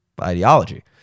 ideology